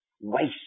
Waste